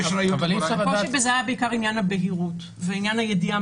הקושי בזה היה בעיקר עניין הבהירות ועניין הידיעה